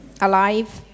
alive